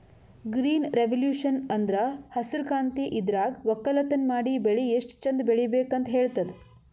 green revolution ಅಂದ್ರ ಹಸ್ರ್ ಕ್ರಾಂತಿ ಇದ್ರಾಗ್ ವಕ್ಕಲತನ್ ಮಾಡಿ ಬೆಳಿ ಎಷ್ಟ್ ಚಂದ್ ಬೆಳಿಬೇಕ್ ಅಂತ್ ಹೇಳ್ತದ್